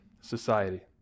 society